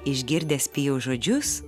išgirdęs pijaus žodžius